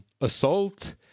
assault